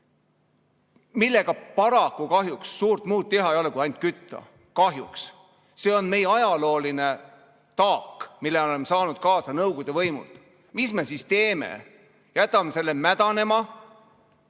millega paraku kahjuks suurt muud teha ei ole kui ainult kütta. Kahjuks! See on meie ajalooline taak, mille oleme saanud kaasa Nõukogude võimult. Mis me siis teeme, jätame selle mädanema?